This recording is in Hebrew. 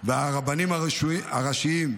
והרבנים הראשיים,